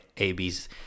AB's